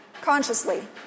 consciously